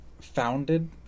Founded